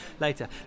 later